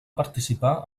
participar